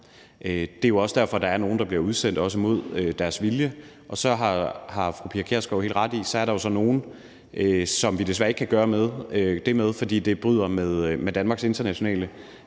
Det er jo også derfor, at der er nogle, der bliver udsendt, også mod deres vilje. Så har fru Pia Kjærsgaard helt ret i, at der så er nogle, som vi desværre ikke kan gøre det med, fordi det bryder med Danmarks internationale